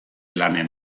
lanen